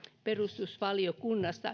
perustuslakivaliokunnan